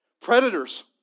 Predators